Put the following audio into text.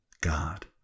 God